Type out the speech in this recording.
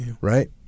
right